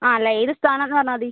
ആ അല്ല ഏത് സ്ഥാനമാണെന്ന് പറഞ്ഞാൽ മതി